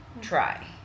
try